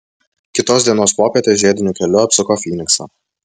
kitos dienos popietę žiediniu keliu apsuko fyniksą